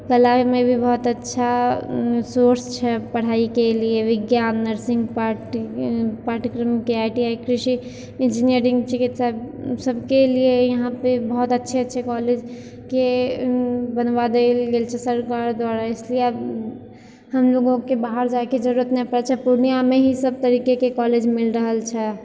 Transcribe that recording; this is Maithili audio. कलामे भी बहुत अच्छा सोर्स छै पढ़ाइके लिए विज्ञान नर्सिंग पाठ्यक्रमके आइ टी आइ कृषि इंजीनियरिंग चिकित्सा सबके लिए यहाँ पर बहुत अच्छे अच्छे कॉलेजके बनवा देल गेल छै सरकार द्वारा इसलिए हमलोगोके बाहर जाइके जरूरत नहि पड़ै छै पूर्णियामे ही सब तरीकेके कॉलेज मिल रहल छै